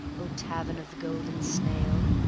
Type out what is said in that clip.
o tavern of the golden snail!